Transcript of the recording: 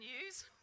News